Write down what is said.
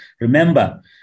remember